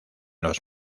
los